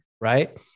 right